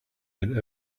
had